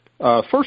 First